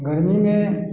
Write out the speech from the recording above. गरमीमे